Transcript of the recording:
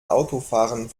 autofahrern